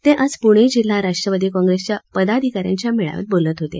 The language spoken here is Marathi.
ते आज पुणे जिल्हा राष्ट्रवादी काँप्रेसच्या पदाधिकाऱ्यांच्या मेळाव्यात बोलत होते